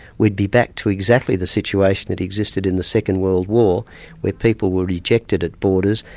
we'd be back to exactly the situation that existed in the second world war where people were rejected at borders,